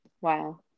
Wow